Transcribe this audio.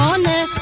um and